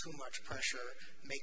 too much pressure mak